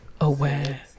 aware